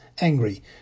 angry